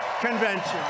Convention